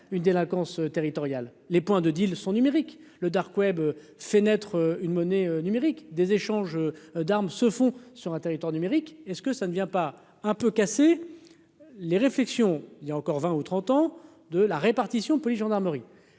une délinquance territoriale, les points de deal son numérique le dark web fenêtre une monnaie numérique. Des échanges d'armes se font sur un territoire numérique est-ce que ça ne vient pas un peu cassé les réflexions, il y a encore 20 ou 30 ans de la répartition, police, gendarmerie,